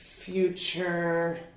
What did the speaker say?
Future